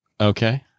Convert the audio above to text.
okay